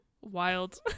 wild